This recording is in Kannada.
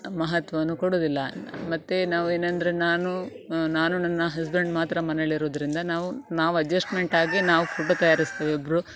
ಮಹತ್ವವನ್ನು ಕೊಡುವುದಿಲ್ಲ ಮತ್ತು ನಾವು ಏನಂದರೆ ನಾನು ನಾನು ನನ್ನ ಹಸ್ಬೆಂಡ್ ಮಾತ್ರ ಮನೆಲಿರುವುದ್ರಿಂದ ನಾವು ನಾವು ಅಜ್ಜೆಸ್ಟ್ಮೆಂಟಾಗಿ ನಾವು ಫುಡ್ ತಯಾರಿಸ್ತೇವೆ ಇಬ್ರೂ